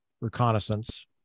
reconnaissance